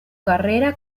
carrera